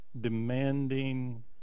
demanding